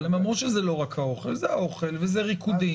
אבל הם אמרו שזה לא רק האוכל זה האוכל וזה ריקודים.